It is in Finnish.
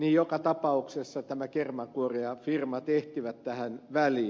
joka tapauksessa nämä kermankuorijafirmat ehtivät tähän väliin